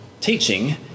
teaching